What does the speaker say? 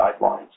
guidelines